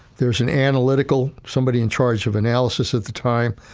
there's an analytical, somebody in charge of analysis at the time,